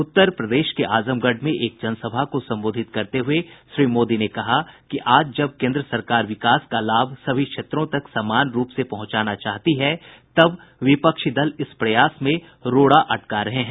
उत्तर प्रदेश के आजमगढ़ में एक जनसभा को संबोधित करते हुये श्री मोदी ने कहा कि आज जब केन्द्र सरकार विकास का लाभ सभी क्षेत्रों तक समान रूप से पहुंचाना चाहती है तब विपक्षी दल इस प्रयास में रोड़ा अटका रहे हैं